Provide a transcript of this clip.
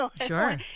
Sure